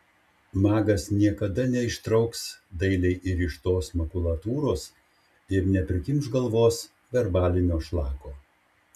magas niekada neištrauks dailiai įrištos makulatūros ir neprikimš galvos verbalinio šlako